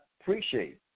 appreciate